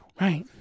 Right